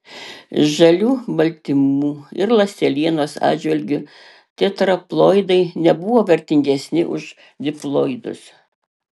žalių baltymų ir ląstelienos atžvilgiu tetraploidai nebuvo vertingesni už diploidus